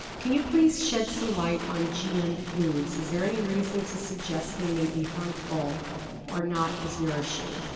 can you please shed some light on gm foods? is there any reason to suggest they may be harmful or not as nourishing?